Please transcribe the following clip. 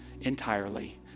entirely